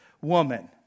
woman